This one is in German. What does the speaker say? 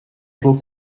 flog